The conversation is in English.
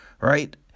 right